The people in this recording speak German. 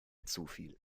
zufiel